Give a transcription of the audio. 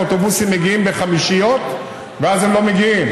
האוטובוסים מגיעים בחמישיות ואז הם לא מגיעים,